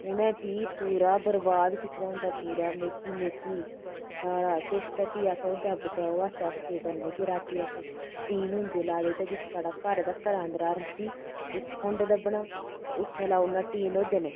उनें फ्ही पूरा बरबाद कीते दा होंदा पूरा मिकी मिकी सारा किश ते फ्ही अस ओह्दे बचाव आस्तै केह् करने कि रातीं अस टीन होंदे लाए दे ते जित्थें साढ़ा घर ते घरा अंदरा रस्सी इक खुंड दब्बना ते उत्थें लाई उड़ना टीन ओह्दे कन्नै